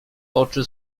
oczy